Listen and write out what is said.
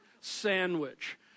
sandwich